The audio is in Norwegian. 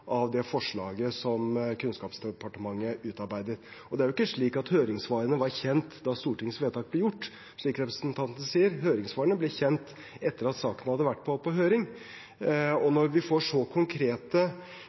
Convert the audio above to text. av det forslaget som Kunnskapsdepartementet utarbeidet. Det er ikke slik at høringssvarene var kjent da Stortingets vedtak ble gjort, slik representanten sier. Høringssvarene ble kjent etter at saken hadde vært på høring.